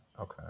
okay